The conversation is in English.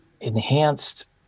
enhanced